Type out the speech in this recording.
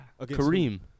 Kareem